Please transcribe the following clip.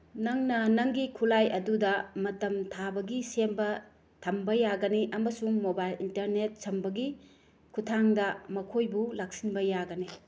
ꯅꯪꯅ ꯅꯪꯒꯤ ꯈꯨꯠꯂꯥꯏ ꯑꯗꯨꯗ ꯃꯇꯝ ꯊꯥꯕꯒꯤ ꯁꯦꯝꯕ ꯊꯝꯕ ꯌꯥꯒꯅꯤ ꯑꯃꯁꯨꯡ ꯃꯣꯕꯥꯏꯜ ꯏꯟꯇꯔꯅꯦꯠ ꯁꯝꯕꯒꯤ ꯈꯨꯊꯥꯡꯗ ꯃꯈꯣꯏꯕꯨ ꯂꯥꯛꯁꯤꯟꯕ ꯌꯥꯒꯅꯤ